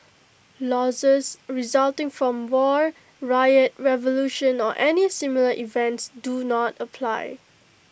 losses resulting from war riot revolution or any similar events do not apply